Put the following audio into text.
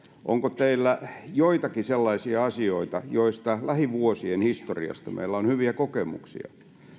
onko teillä joitakin sellaisia asioita joista lähivuosien historiasta meillä on hyviä kokemuksia todellisten uudistusten